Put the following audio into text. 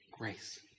grace